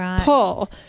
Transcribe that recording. pull